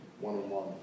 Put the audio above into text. one-on-one